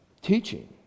teaching